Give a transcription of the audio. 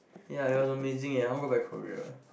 ya it was amazing eh I want to go back Korea